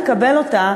אבל גם אם נקבל אותה,